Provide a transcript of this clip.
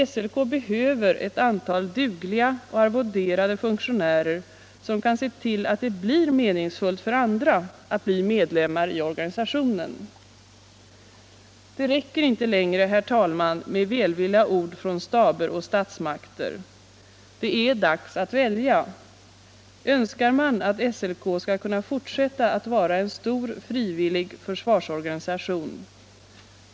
SLK behöver ett antal dugliga och arvoderade funktionärer som kan se till, att det är meningsfullt för andra att bli medlemmar i organisationen. Det räcker inte längre, herr talman, med välvilliga ord från staber och statsmakter. Det är dags att välja: Önskar man att SLK skall kunna fortsätta att vara en stor frivillig försvarsorganisation?